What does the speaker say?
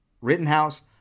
Rittenhouse